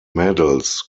medals